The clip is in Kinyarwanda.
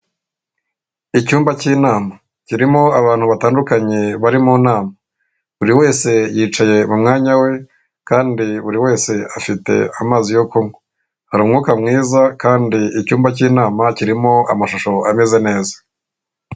Icyumba k'inama harimo abantu batandukanye bari mu nama buri wese yicaye mu mwanya we kandi buri wese afite amazi yo kunywa hari umwuka mwiza kandi icyumba cy'inama kirimo amashusho ameze neza.